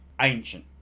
ancient